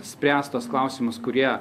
spręs tuos klausimus kurie